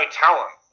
talent